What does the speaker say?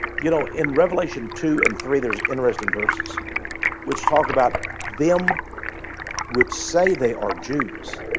you know in revelation two and three there are interesting verses which talk about them which say they are jews